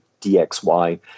DXY